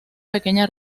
pequeña